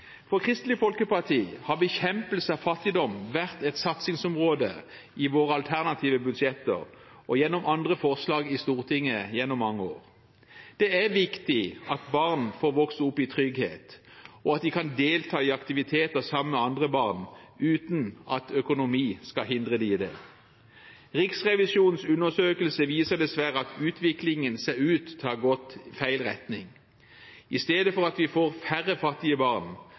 For Kristelig Folkeparti har bekjempelse av fattigdom vært et satsingsområde i våre alternative budsjetter og gjennom andre forslag i Stortinget gjennom mange år. Det er viktig at barn får vokse opp i trygghet, og at de kan delta i aktiviteter sammen med andre barn uten at økonomi skal hindre dem i det. Riksrevisjonens undersøkelse viser dessverre at utviklingen ser ut til å ha gått i feil retning. I stedet for at vi får færre fattige barn,